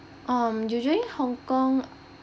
um usually hong kong uh